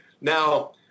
Now